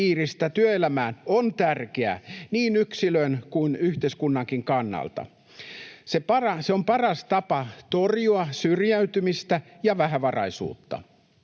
työelämään on tärkeää niin yksilön kuin yhteiskunnankin kannalta. Se on paras tapa torjua syrjäytymistä ja vähävaraisuutta.